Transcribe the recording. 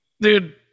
Dude